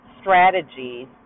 strategies